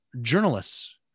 Journalists